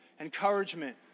encouragement